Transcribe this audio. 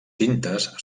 tintes